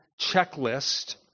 checklist